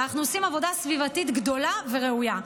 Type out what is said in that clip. ואנחנו עושים עבודה סביבתית גדולה וראויה.